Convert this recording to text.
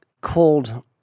called